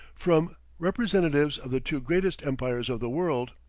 from representatives of the two greatest empires of the world.